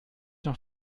noch